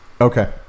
okay